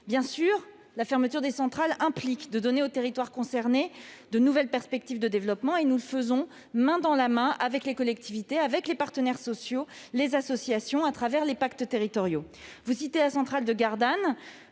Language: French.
Bien sûr, la fermeture des centrales implique de donner aux territoires concernés de nouvelles perspectives de développement. Nous le faisons, main dans la main, avec les collectivités, les partenaires sociaux et les associations, à travers les pactes territoriaux. Vous citez la centrale de Gardanne.